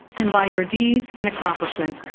and by your deeds and accomplishments,